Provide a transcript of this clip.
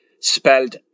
spelled